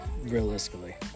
realistically